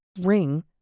ring